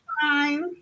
Fine